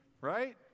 right